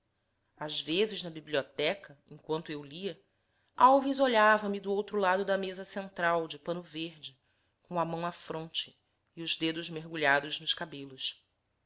às vezes na biblioteca enquanto eu lia alves olhava-me do outro lado da mesa central de pano verde com a mão à fronte e os dedos mergulhados nos cabelos